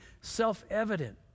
self-evident